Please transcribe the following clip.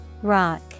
Rock